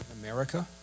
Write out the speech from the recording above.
America